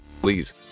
Please